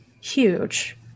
huge